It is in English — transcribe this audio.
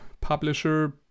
publisher